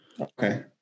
Okay